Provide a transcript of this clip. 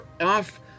off